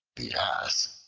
the ass,